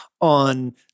on